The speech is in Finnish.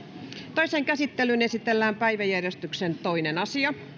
toiseen käsittelyyn esitellään päiväjärjestyksen toinen asia